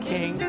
King